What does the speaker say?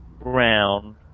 brown